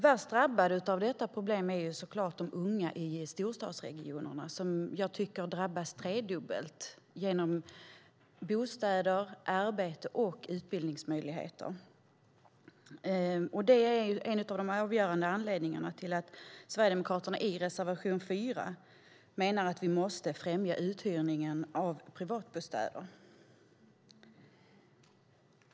Värst drabbade av detta är såklart de unga i storstadsregionerna som jag tycker drabbas tredubbelt - genom bostäder, arbete och utbildningsmöjligheter. Det är en av de avgörande anledningarna till att Sverigedemokraterna i reservation 4 menar att vi måste främja uthyrningen av privatbostäder.